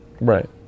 Right